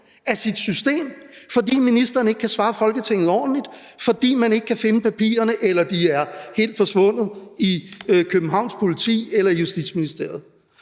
af sit system, fordi ministeren ikke kan svare Folketinget ordentligt, fordi man ikke kan finde papirerne eller de er helt forsvundet i Københavns Politi eller i Justitsministeriet.